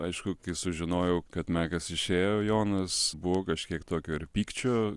aišku kai sužinojau kad mekas išėjo jonas buvo kažkiek tokio ir pykčio